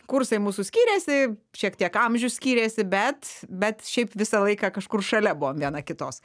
kursai mūsų skyrėsi šiek tiek amžius skyrėsi bet bet šiaip visą laiką kažkur šalia buvom viena kitos